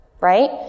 right